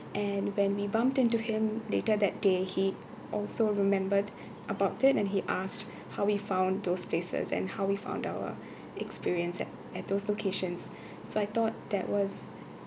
and when we bumped into him later that day he also remembered about it and he asked how we found those places and how we found our experience at at those locations so I thought that was